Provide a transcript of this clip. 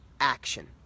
action